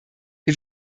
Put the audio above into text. wir